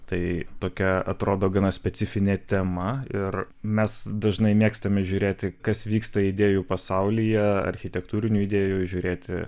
tai tokia atrodo gana specifinė tema ir mes dažnai mėgstame žiūrėti kas vyksta idėjų pasaulyje architektūrinių idėjų žiūrėti